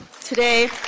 today